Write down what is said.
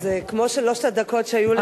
זה כמו שלוש הדקות שהיו לחבר הכנסת גפני?